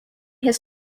his